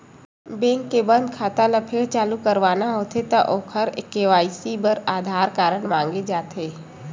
bank के बंद खाता ल फेर चालू करवाना होथे त ओखर के.वाई.सी बर आधार कारड मांगे जाथे